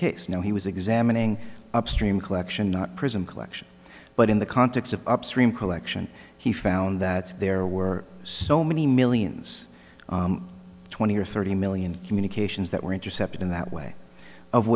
case now he was examining upstream collection not prison collection but in the context of upstream collection he found that there were so many millions twenty or thirty million communications that were intercepted in that way of